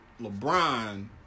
LeBron